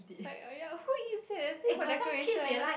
like uh ya like who eats it I think for decoration